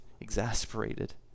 exasperated